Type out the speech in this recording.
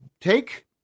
Take